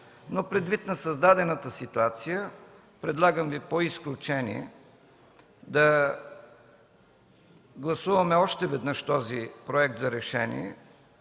но предвид на създадената ситуация, предлагам Ви по изключение да гласуваме още веднъж този проект за решение.